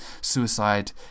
suicide